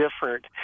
different